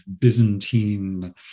Byzantine